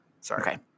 Sorry